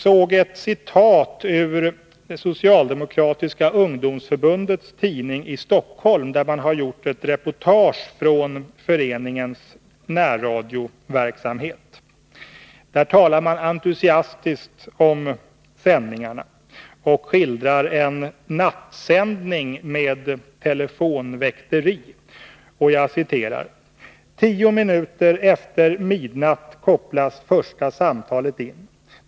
Det socialdemokratiska ungdomsförbundets tidning i Stockholm har gjort ett reportage från en förenings närradioverksamhet, där man entusiastiskt talar om sändningarna och skildrar en nattsändning med telefonväkteri. Jag citerar: ”Tio minuter efter midnatt kopplas första samtalet in.